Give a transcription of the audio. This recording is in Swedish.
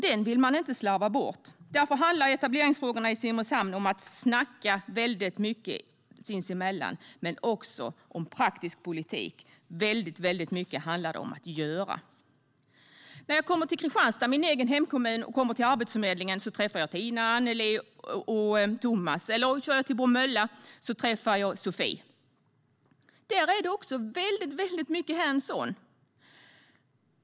Den vill man inte slarva bort. Därför handlar etableringsfrågorna i Simrishamn om att snacka väldigt mycket sinsemellan. Men de handlar också mycket om praktisk politik. Väldigt mycket handlar det om att göra. När jag kommer till Arbetsförmedlingen i Kristianstad, min egen hemkommun, träffar jag Tina, Annelie och Tomas. Om jag kör till Bromölla träffar jag Sofi. Där är det också mycket hands on.